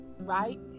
right